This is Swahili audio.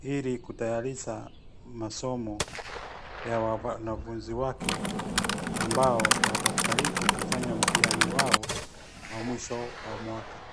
ili kutayarisha masomo ya wanafunzi wake ambao wako karibu kufanya mtihani wao wa mwisho wa mwaka.